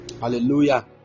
Hallelujah